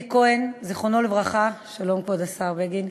אלי כהן, זיכרונו לברכה, שלום, כבוד השר בגין,